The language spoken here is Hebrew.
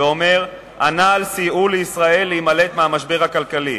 ואומר: הנ"ל סייעו לישראל להימלט מהמשבר הכלכלי.